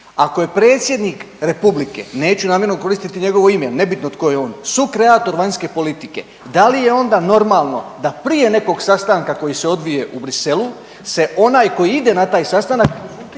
Ako je Predsjednik Republike, neću namjerno koristiti njegovo ime jer nebitno tko je on, sukreator vanjske politike, da li je onda normalno da prije nekog sastanka koji se odvije u Bruxellesu se onaj koji ide na taj sastanak